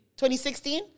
2016